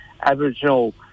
Aboriginal